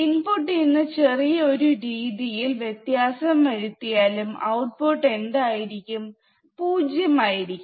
input ഇന്ന് ചെറിയ ഒരു രീതിയിൽ വ്യത്യാസം വരുത്തിയാലും ഔട്ട്പുട്ട് എന്തായിരിക്കും പൂജ്യമായിരിക്കും